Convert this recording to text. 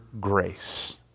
grace